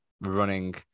running